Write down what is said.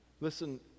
Listen